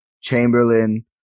Chamberlain